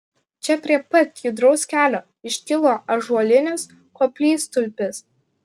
čia prie pat judraus kelio iškilo ąžuolinis koplytstulpis